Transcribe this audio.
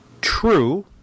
True